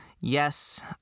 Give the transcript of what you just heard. Yes